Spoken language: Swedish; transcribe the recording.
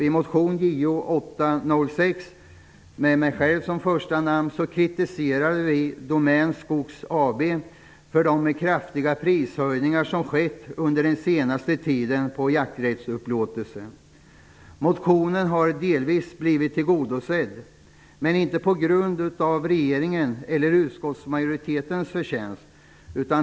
I motion Jo806, som har mig själv som första namn, kritiseras Domän Skog AB för de kraftiga prishöjningar på jakträttsupplåtelse som gjorts under den senaste tiden. Motionen har delvis tillgodosetts, men det är inte regeringens eller utskottsmajoritetens förtjänst.